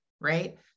right